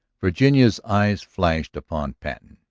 virginia's eyes flashed upon patten.